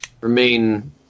remain